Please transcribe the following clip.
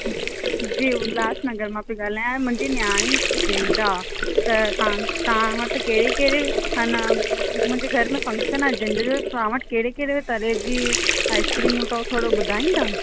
जी उल्हासनगर मां पेई ॻाल्हायां मुंहिंजी नियाणी जी झंडि आहे त तव्हां तव्हां वटि कहिड़ी कहिड़ी आहे न मुंजे घर में फ़ंक्शन आहे झंडि जो तव्हां वटि कहिड़े कहिड़े तरह जी आइस्क्रीमूं अथव थोरो बुधाईंदव